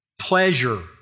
pleasure